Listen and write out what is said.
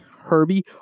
Herbie